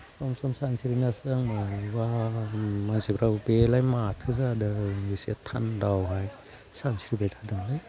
सम सम सानस्रिना स्रां मोनो मानसिफ्राबो बेलाय माथो जादों ओरैनो थान्दायावहाय सानस्रिबाय थादों होननानै